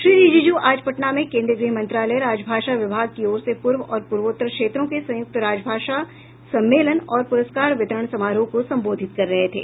श्री रिजीजू आज पटना में कोन्द्रीय गृह मंत्रालय राजभाषा विभाग की ओर से पूर्व और पूर्वोत्तर क्षेत्रों के संयुक्त राजभाषा सम्मेलन और प्रस्कार वितरण समारोह को संबोधित कर रहे थे